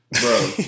Bro